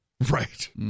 Right